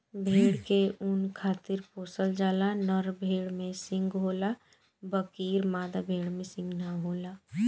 भेड़ के ऊँन खातिर पोसल जाला, नर भेड़ में सींग होला बकीर मादा भेड़ में सींग ना होला